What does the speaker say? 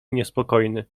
niespokojny